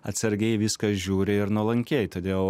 atsargiai į viską žiūri ir nuolankiai todėl